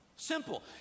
Simple